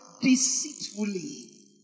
Deceitfully